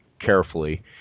carefully